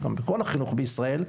כמו כל החינוך בישראל,